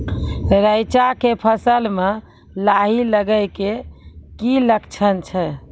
रैचा के फसल मे लाही लगे के की लक्छण छै?